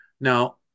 Now